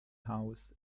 haus